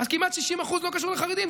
אז כמעט 60% לא קשור לחרדים,